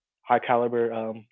high-caliber